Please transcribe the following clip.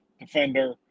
defender